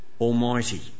Almighty